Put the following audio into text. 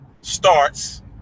starts